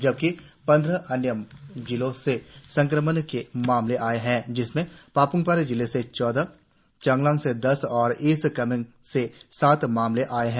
जबकि पंद्रह अन्य जिलों से संक्रमण के मामले आएं है जिसमें पाप्मपारे जिले से चौदह चांगलांग से दस और ईस्ट कामेंग से सात मामले आए है